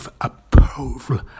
approval